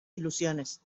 ilusiones